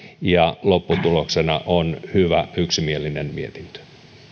ja lopputuloksena on hyvä yksimielinen mietintö